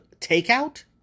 takeout